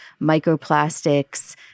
microplastics